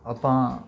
ਆਪਾਂ